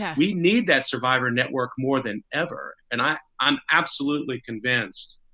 yeah we need that survivor network more than ever. and i i'm absolutely convinced.